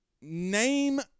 Name –